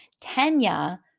Tanya